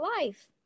life